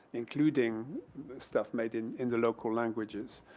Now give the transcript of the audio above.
including stuff made in in the local languages.